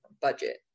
budget